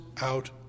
out